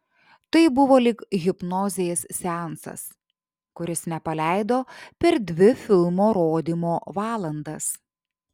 tai buvo lyg hipnozės seansas kuris nepaleido per dvi filmo rodymo valandas